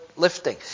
lifting